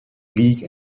league